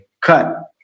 cut